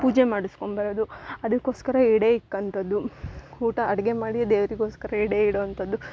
ಪೂಜೆ ಮಾಡಿಸ್ಕೋ ಬರೋದು ಅದ್ಕೋಸ್ಕರ ಎಡೆ ಇಕ್ಕೋಂಥದ್ದು ಊಟ ಅಡುಗೆ ಮಾಡಿ ದೇವರಿಗೋಸ್ಕರ ಎಡೆ ಇಡುವಂಥದ್ದು